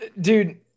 dude